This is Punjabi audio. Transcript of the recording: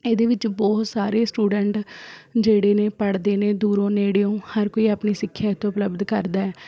ਇਹਦੇ ਵਿੱਚ ਬਹੁਤ ਸਾਰੇ ਸਟੂਡੈਂਟ ਜਿਹੜੇ ਨੇ ਪੜ੍ਹਦੇ ਨੇ ਦੂਰੋਂ ਨੇੜਿਓਂ ਹਰ ਕੋਈ ਆਪਣੀ ਸਿੱਖਿਆ ਇੱਥੋਂ ਉਪਲਬਧ ਕਰਦਾ